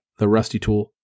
therustytool